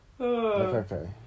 okay